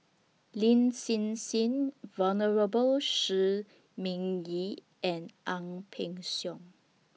Lin Hsin Hsin Venerable Shi Ming Yi and Ang Peng Siong